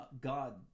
God